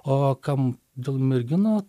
o kam dėl merginų